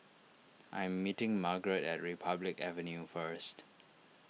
I am meeting Margarett at Republic Avenue first